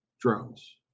drones